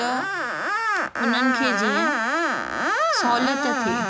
त उन्हनि खे जीअं सहूलियत थिए